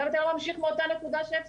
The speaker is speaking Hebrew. למה אתה לא ממשיך באותה נקודה שהפסקנו?